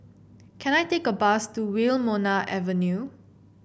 can I take a bus to Wilmonar Avenue